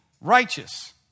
righteous